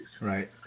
right